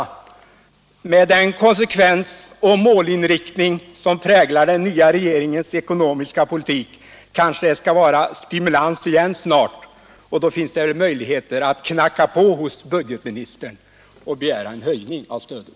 Med den kon 11 maj 1977 sekvens och målinriktning som präglar den nya regeringens ekonomiska = politik kanske det snart skall vara stimulans igen, och då finns möjligheter — Stöd till dagspresatt knacka på hos budgetministern och begära en höjning av stödet.